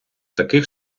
таких